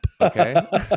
okay